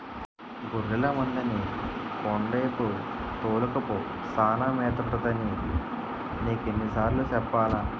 గొర్లె మందని కొండేపు తోలుకపో సానా మేతుంటదని నీకెన్ని సార్లు సెప్పాలా?